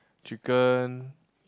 chicken